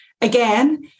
again